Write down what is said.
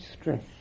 stress